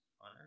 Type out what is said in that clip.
on